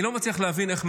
אתה בסדר?